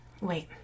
Wait